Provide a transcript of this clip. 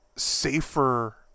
safer